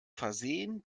versehen